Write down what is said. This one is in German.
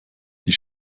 die